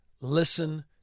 Listen